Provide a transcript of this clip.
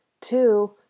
Two